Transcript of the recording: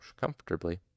comfortably